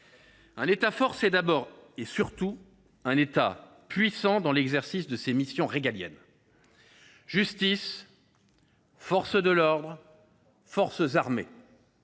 Un État fort est d’abord et surtout un État puissant dans l’exercice de ses missions régaliennes : justice, forces de l’ordre, forces armées.